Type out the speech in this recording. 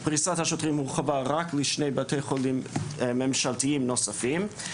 פריסת השוטרים הורחבה רק לשני בתי חולים ממשלתיים נוספים.